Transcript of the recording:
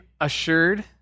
assured